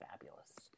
fabulous